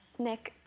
nick.